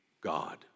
God